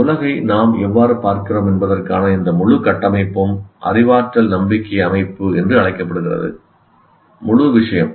உலகை நாம் எவ்வாறு பார்க்கிறோம் என்பதற்கான இந்த முழு கட்டமைப்பும் அறிவாற்றல் நம்பிக்கை அமைப்பு என்று அழைக்கப்படுகிறது முழு விஷயம்